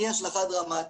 היא השלכה דרמטית,